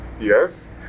yes